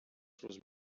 was